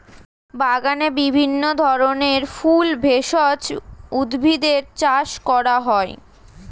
বাগানে বিভিন্ন ধরনের ফুল, ভেষজ উদ্ভিদের চাষ করা হয়